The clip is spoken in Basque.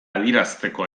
adierazteko